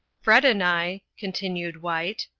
fred and i, continued white,